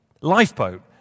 lifeboat